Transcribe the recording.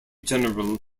general